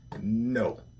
No